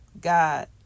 God